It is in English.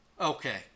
okay